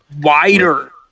Wider